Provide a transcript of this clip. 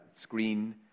screen